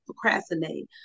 procrastinate